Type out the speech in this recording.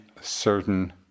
certain